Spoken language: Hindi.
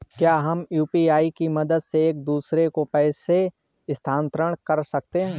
क्या हम यू.पी.आई की मदद से एक दूसरे को पैसे स्थानांतरण कर सकते हैं?